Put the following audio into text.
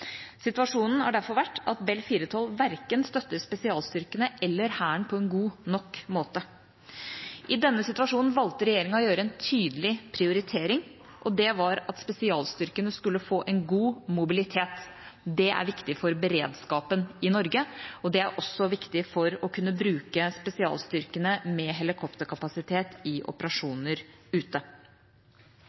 Situasjonen har derfor vært at Bell 412 verken støtter spesialstyrkene eller Hæren på en god nok måte. I denne situasjonen valgte regjeringa å gjøre en tydelig prioritering, og det var at spesialstyrkene skulle få en god mobilitet. Det er viktig for beredskapen i Norge, og det er også viktig for å kunne bruke spesialstyrkene med helikopterkapasitet i operasjoner ute.